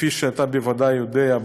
כפי שאתה בוודאי יודע,